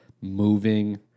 moving